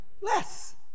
less